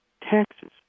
taxes